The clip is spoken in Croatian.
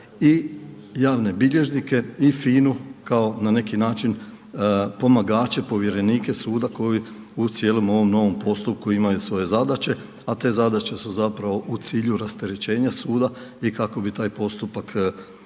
i javne bilježnike i FINA-u na neki način pomagače, povjerenike suda koji u cijelom ovom novom postupku imaju svoje zadaće, a te zadaće su u cilju rasterećenja suda i kako bi taj postupak išao